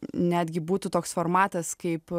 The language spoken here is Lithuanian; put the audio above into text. netgi būtų toks formatas kaip